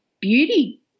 beauty